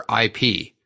IP